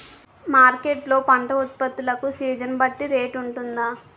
Market లొ పంట ఉత్పత్తి లకు సీజన్ బట్టి రేట్ వుంటుందా?